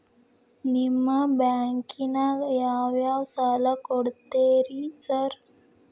ನಿಮ್ಮ ಬ್ಯಾಂಕಿನಾಗ ಯಾವ್ಯಾವ ಸಾಲ ಕೊಡ್ತೇರಿ ಸಾರ್?